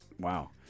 Wow